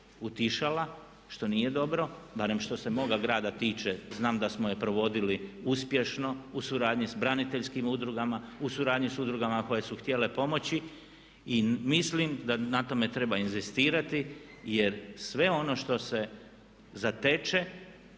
utišala što nije dobro, barem što se moga grada tiče, znam da smo je provodili uspješno u suradnji s braniteljskim udrugama, u suradnji s udrugama koje su htjele pomoći i mislim da na tome treba inzistirati jer sve ono što se zateče